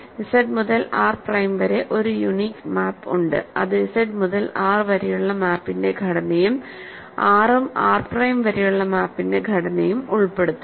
Z മുതൽ R prime വരെ ഒരു യൂണീക് മാപ്പ് ഉണ്ട് അത് Z മുതൽ R വരെയുള്ള മാപ്പിന്റെ ഘടനയും R ഉം R പ്രൈം വരെയുള്ള മാപ്പിന്റെ ഘടനയും ഉൾപ്പെടുത്തണം